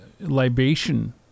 libation